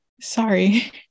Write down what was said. Sorry